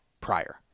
prior